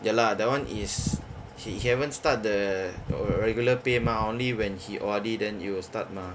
ya lah that [one] is he haven't start the regular pay mah only when he O_R_D then it will start mah